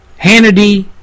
Hannity